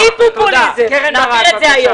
3. מיגון.